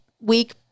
week